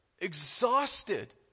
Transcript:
exhausted